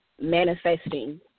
manifesting